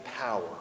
power